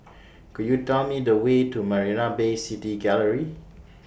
Could YOU Tell Me The Way to Marina Bay City Gallery